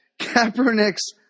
Kaepernick's